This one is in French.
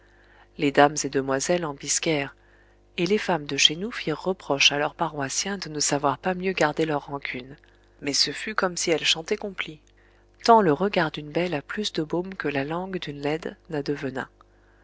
les dames et demoiselles en bisquèrent et les femmes de chez nous firent reproche à leurs paroissiens de ne savoir pas mieux garder leur rancune mais ce fut comme si elles chantaient complies tant le regard d'une belle a plus de baume que la langue d'une laide n'a